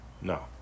No